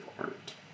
art